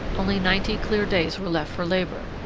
only ninety clear days were left for labour.